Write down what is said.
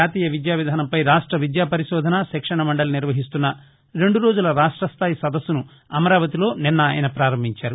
జాతీయ విద్యా విధానంపై రాష్ట విద్యా పరిశోధన శిక్షణ మండలి నిర్వహిస్తున్న రెండు రోజుల రాష్ట స్థాయి సదస్సును అమరావతిలో శనివారం మంత్రి ప్రారంభించారు